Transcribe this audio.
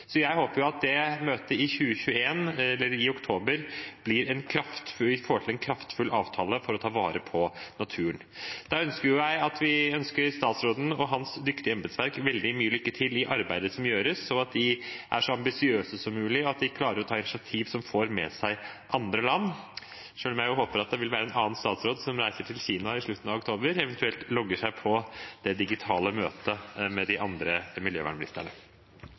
Jeg håper at vi på det møtet i oktober 2021 får til en kraftfull avtale for å ta vare på naturen. Da ønsker vi statsråden og hans dyktige embetsverk veldig mye lykke til i arbeidet som gjøres, og at de er så ambisiøse som mulig og klarer å ta initiativ som får med seg andre land – selv om jeg jo håper at det vil være en annen statsråd som reiser til Kina i slutten av oktober, eventuelt logger seg på det digitale møtet med de andre miljøvernministrene.